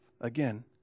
again